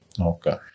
Okay